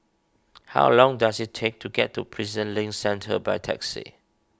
how long does it take to get to Prison Link Centre by taxi